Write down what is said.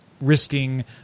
risking